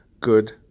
good